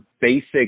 basic